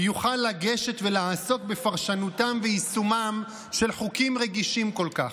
יוכל לגשת ולעסוק בפרשנותם וביישומם של חוקים רגישים כל כך.